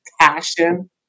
passion